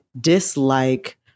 dislike